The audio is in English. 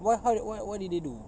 why how wha~ what did they do